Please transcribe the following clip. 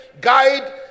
guide